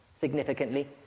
significantly